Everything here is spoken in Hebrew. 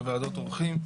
בוועדות עורכים,